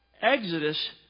Exodus